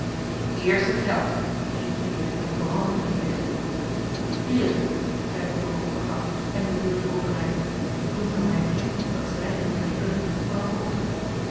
eerst het geld riep peer met brandende blikken hier is het zeide fulco kortaf hem de beurs overreikende toen nam hij het kind dat schreiend om zijne moeder riep van hem over